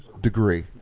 degree